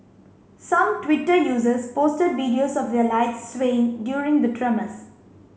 some Twitter users posted videos of their lights swaying during the tremors